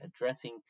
addressing